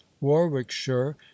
warwickshire